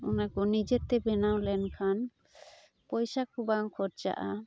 ᱩᱱᱟᱠᱚ ᱱᱤᱡᱮᱛᱮ ᱵᱮᱱᱟᱣ ᱞᱮᱱ ᱠᱷᱟᱱ ᱯᱚᱭᱥᱟ ᱠᱚ ᱵᱟᱝ ᱠᱷᱚᱨᱪᱟᱼᱟ